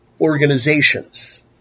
organizations